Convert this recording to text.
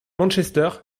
manchester